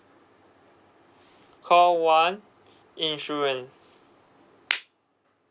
call one insurance